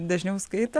dažniau skaito